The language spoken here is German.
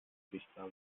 sichtbare